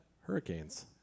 Hurricanes